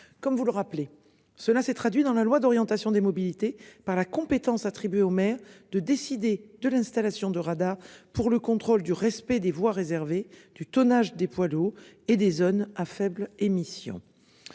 comme vous le rappelez, cela s'est traduit dans la loi d'orientation des mobilités par la compétence attribuée aux maires, de décider de l'installation de radars pour le contrôle du respect des voies réservées du tonnage des poids lourds et des zones à faibles émissions.